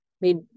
made